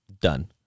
Done